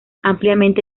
ampliamente